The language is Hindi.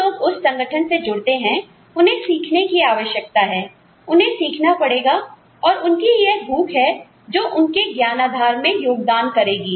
जो लोग उस संगठन से जुड़ते हैं उन्हें सीखने की आवश्यकता है उन्हें सीखना पड़ेगा और उनकी यह भूख है जो उनके ज्ञानधार में योगदान करेगी